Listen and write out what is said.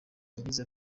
yagize